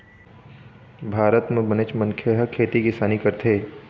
भारत म बनेच मनखे ह खेती किसानी करथे